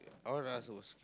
I wanna ask about skil~